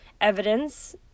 evidence